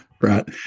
Right